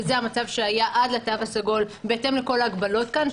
שזה המצב שהיה עד לתו הסגול בהתאם לכל ההגבלות כאן,